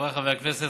חבריי חברי הכנסת,